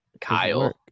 Kyle